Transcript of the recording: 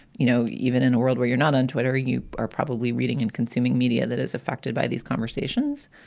you know, even in a world where you're not on twitter, you are probably reading and consuming media that is affected by these conversations.